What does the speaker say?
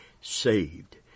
saved